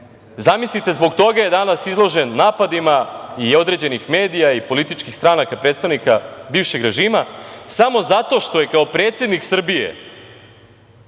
Zamislite, zbog toga je danas izložen napadima i određenih medija i političkih stranaka, predstavnika bivšeg režima, samo zato što je kao predsednik Srbije